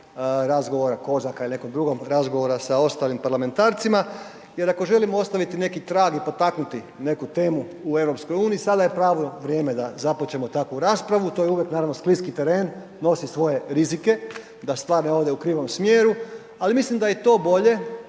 razumije/…nekog drugog razgovora sa ostalim parlamentarcima jer ako želimo ostaviti neki trag i potaknuti neku temu u EU, sada je pravo vrijeme da započnemo takvu raspravu, to je uvijek naravno skliski teren, nosi svoje rizike da stvar ne ode u krivom smjeru, ali mislim i da je to bolje